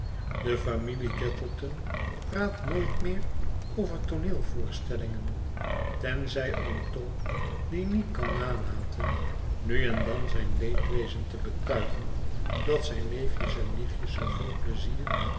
de familie gattleton praat nooit meer over tooneelvoorstellingen tenzij oom tom die niet kan nalaten nu en dan zijn leedwezen te betuigen dat zijn neefjes en nichtjes zooveel pleizier